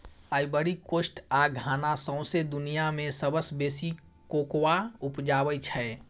Ivory Coast आ Ghana सौंसे दुनियाँ मे सबसँ बेसी कोकोआ उपजाबै छै